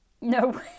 No